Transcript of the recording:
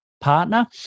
partner